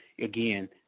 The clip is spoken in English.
Again